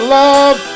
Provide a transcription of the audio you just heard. love